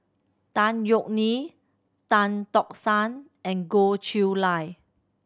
Tan Yeok Nee Tan Tock San and Goh Chiew Lye